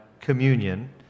communion